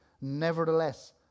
Nevertheless